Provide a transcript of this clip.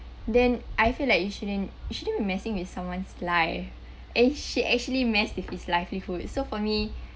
then I feel like you shouldn't you shouldn't be messing with someone's life eh she actually messed with his livelihood so for me